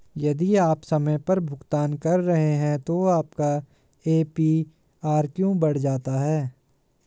यदि आप समय पर भुगतान कर रहे हैं तो आपका ए.पी.आर क्यों बढ़ जाता है?